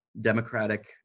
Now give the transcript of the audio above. democratic